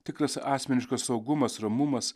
tikras asmeniškas saugumas ramumas